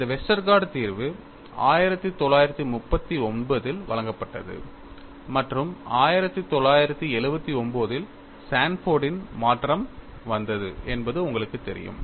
இந்த வெஸ்டர்கார்ட் தீர்வு 1939 இல் வழங்கப்பட்டது மற்றும் 1979 இல் சான்போர்டின் Sanford's மாற்றம் வந்தது என்பது உங்களுக்குத் தெரியும்